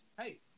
Hey